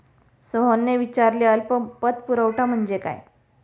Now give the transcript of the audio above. सोहनने विचारले अल्प पतपुरवठा म्हणजे काय?